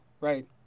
right